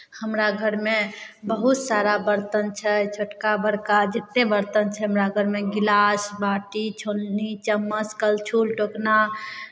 हमरा घरमे बहुत सारा बरतन छै छोटका बड़का जतेक बरतन छै हमरा घरमे गिलास बाटी छोलनी चम्मच करछुल टोकना